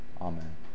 Amen